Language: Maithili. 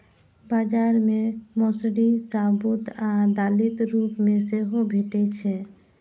बाजार मे मौसरी साबूत आ दालिक रूप मे सेहो भैटे छै